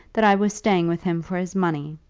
that i was staying with him for his money.